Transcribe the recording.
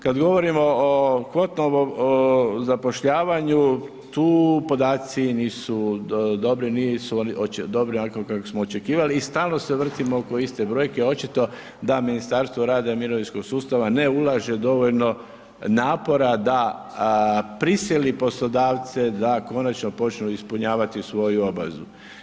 Kada govorimo o … zapošljavanju, tu podaci nisu dobri, nisu dobri onako kako smo očekivali i stalno se vrtimo oko iste brojke, očito da Ministarstvo rada i mirovinskog sustava ne ulaže dovoljno napora da prisili poslodavce da konačno počnu ispunjavati svoju obavezu.